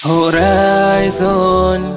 Horizon